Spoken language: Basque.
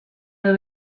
edo